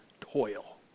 toil